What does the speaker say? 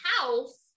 house